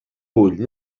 vull